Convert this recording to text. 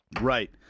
Right